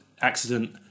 accident